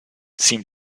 seem